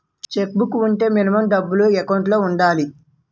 Check book వుంటే minimum డబ్బులు account లో ఉండాలి?